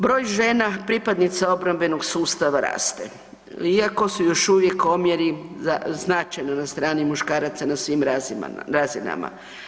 Broj žena pripadnica obrambenog sustava raste iako su još uvijek omjeri značajno na strani muškaraca na svim razinama.